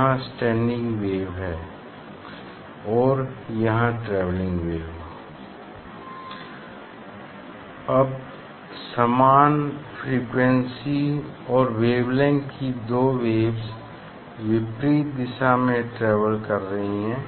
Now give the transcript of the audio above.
यहाँ standing wave है और यहाँ ट्रैवेलिंग वेव अब समान फ्रीक्वेंसी और वेवलेंग्थ की दो वेव्स विपरीत दिशा में ट्रेवल कर रही हैं